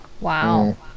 Wow